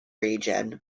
region